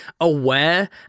aware